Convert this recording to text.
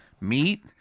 meat